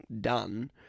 done